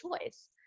choice